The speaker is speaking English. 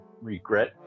regret